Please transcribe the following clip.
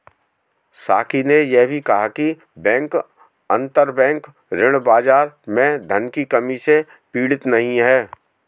साकी ने यह भी कहा कि बैंक अंतरबैंक ऋण बाजार में धन की कमी से पीड़ित नहीं हैं